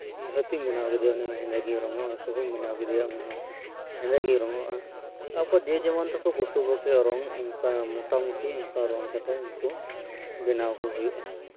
ᱦᱟᱹᱛᱤᱢ ᱵᱮᱱᱟᱣ ᱩᱱᱤ ᱦᱚᱸ ᱦᱮᱸᱫᱮᱜᱮᱭ ᱨᱚᱝᱚᱜᱼᱟ ᱠᱟᱦᱩᱢ ᱵᱮᱱᱟᱣ ᱠᱮᱫᱮᱭᱟ ᱩᱱᱤᱦᱚᱸ ᱦᱮᱸᱫᱮ ᱜᱮᱭ ᱨᱚᱝᱚᱜᱼᱟ ᱛᱟᱨᱯᱚᱨ ᱡᱮ ᱡᱮᱢᱚᱱ ᱛᱟᱠᱚ ᱯᱚᱥᱩ ᱯᱟᱠᱷᱤᱭᱟᱜ ᱨᱚᱝ ᱚᱱᱠᱟ ᱢᱳᱴᱟᱢᱩᱴᱤ ᱚᱱᱠᱟᱱ ᱨᱚᱝ ᱠᱟᱛᱮᱫ ᱩᱱᱠᱩ ᱵᱮᱱᱟᱣ ᱠᱚ ᱦᱳᱭᱳᱜᱼᱟ